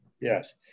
Yes